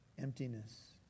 emptiness